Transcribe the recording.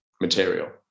material